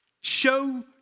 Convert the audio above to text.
show